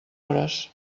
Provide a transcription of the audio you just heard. hores